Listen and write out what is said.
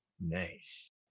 Nice